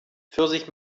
pfirsich